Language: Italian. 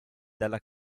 della